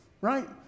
right